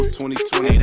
2020